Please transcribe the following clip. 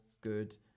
Good